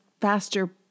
faster